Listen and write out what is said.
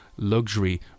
Luxury